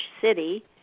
city